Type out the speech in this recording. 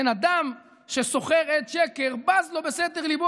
אדם ששוכר עד שקר בז לו בסתר ליבו,